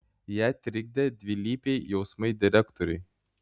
ją trikdė dvilypiai jausmai direktoriui